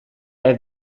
heeft